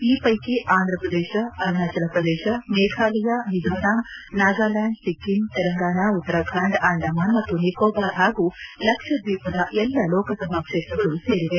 ಈ ಪೈಕಿ ಆಂಧಪ್ರದೇಶ ಆರುಣಾಜಲಪ್ರದೇಶ ಮೇಫಾಲಯ ಮಿಜೋರಾಂ ನಾಗಾಲ್ನಾಂಡ್ ಸಿಕ್ಕಿಂ ತೆಲಂಗಾಣ ಉತ್ತರಖಂಡ್ ಅಂಡಮಾನ್ ಮತ್ತು ನಿಕೋಬಾರ್ ಹಾಗೂ ಲಕ್ಷದ್ವೀಪದ ಎಲ್ಲ ಲೋಕಸಭಾ ಕ್ಷೇತ್ರಗಳು ಸೇರಿವೆ